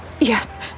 Yes